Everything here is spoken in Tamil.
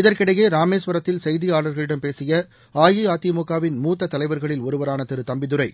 இதற்கிடையே ராமேஸ்வரத்தில் செய்தியாளர்களிடம் பேசிய அஇஅதிமுகவின் மூத்த தலைவர்களில் ஒருவரான திரு தம்பிதுரை